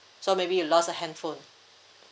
so maybe you lost a handphone